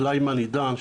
קליימן עידן,